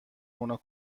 اونا